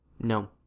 No